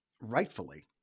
rightfully